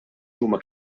huma